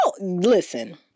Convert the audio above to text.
listen